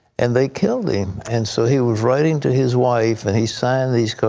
and they killed him. and so he was writing to his wife, and he signed these